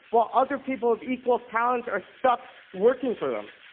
while other people of equal talents are stuck working for them.